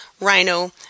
rhino